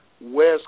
West